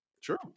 Sure